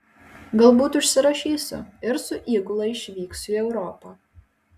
galbūt užsirašysiu ir su įgula išvyksiu į europą